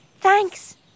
Thanks